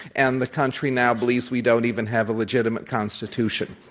and the country now believes we don't even have a legitimate constitution.